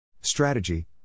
Strategy